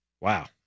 Wow